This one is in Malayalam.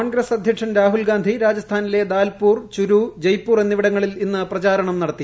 കോൺഗ്രസ് അധ്യക്ഷൻ രാഹുൽഗാന്ധി രാജസ്ഥാനിലെ ദാൽപൂർ ചുരൂ ജയ്പൂർ എന്നിവിടങ്ങളിൽ ഇന്ന് പ്രചാരണം നടത്തി